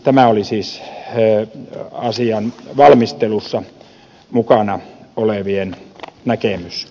tämä oli siis asian valmistelussa mukana olevien näkemys